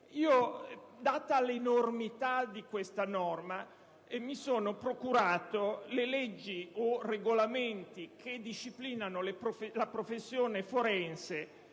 Data l'importanza di questa norma mi sono procurato le leggi o regolamenti che disciplinano la professione forense